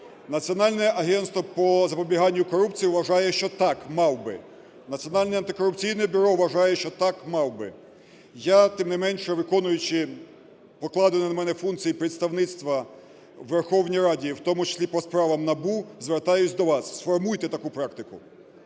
Національне агентство по запобіганню корупції вважає, що так, мав би, Національне антикорупційне бюро вважає, що так, мав би. Я, тим не менш, виконуючи, покладені на мене, функції представництва у Верховній Раді і в тому числі по справам НАБУ, звертаюся до вас: сформуйте таку практику.